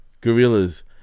gorillas